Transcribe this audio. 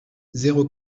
zéro